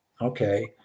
okay